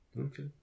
Okay